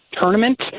tournament